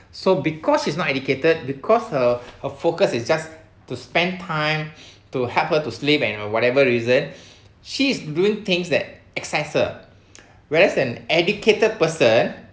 so because she's not educated because her her focus is just to spend time to help her to sleep and or whatever reason she is doing things that assessor whereas an educated person